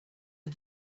are